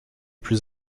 plus